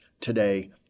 today